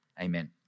Amen